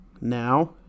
Now